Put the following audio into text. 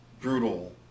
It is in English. brutal